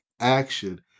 action